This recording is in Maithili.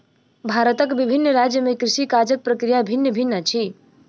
भारतक विभिन्न राज्य में कृषि काजक प्रक्रिया भिन्न भिन्न अछि